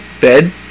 Bed